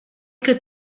could